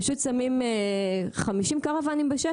פשוט שמים 50 קרוואנים בשטח.